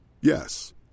Yes